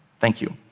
thank you.